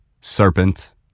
serpent